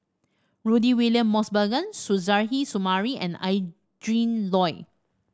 Rudy William Mosbergen Suzairhe Sumari and Adrin Loi